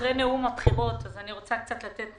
אחרי נאום הבחירות, אני רוצה קצת לתת